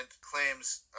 claims